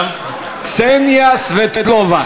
קסניה סְבֵטְלובה.